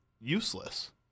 useless